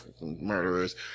murderers